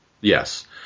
Yes